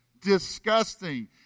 Disgusting